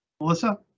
Melissa